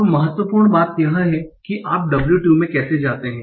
अब महत्वपूर्ण बात यह है कि आप w2 में कैसे जाते हैं